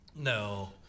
No